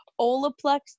Olaplex